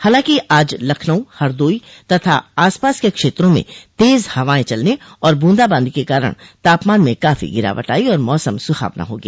हालांकि आज लखनऊ हरदोई तथा आसपास के क्षेत्रों में तेज हवाएं चलने और बूंदाबादी के कारण तापमान में काफी गिरावट आयी और मौसम सुहावना हो गया